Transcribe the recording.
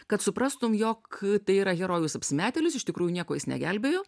kad suprastum jog tai yra herojus apsimetėlis iš tikrųjų nieko jis negelbėjo